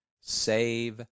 Save